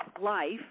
life